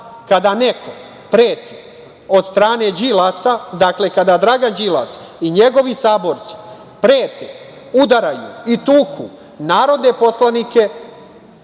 kada neko preti od strane Đilasa, dakle, kada Dragan Đilas i njegovi saborci prete, udaraju i tuku narodne poslanike,